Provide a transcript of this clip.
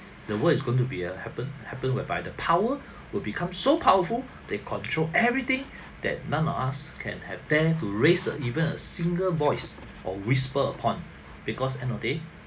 the world is going to be a weapon happen whereby the power will become so powerful they control everything that none of us can have dare to raise even a single voice or whispered upon because end of the day